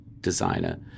designer